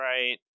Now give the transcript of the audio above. right